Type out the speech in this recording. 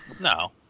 no